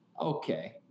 okay